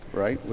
right,